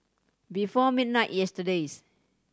before midnight yesterday